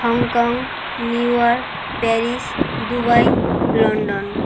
Hong Kong New York Paris Dubai London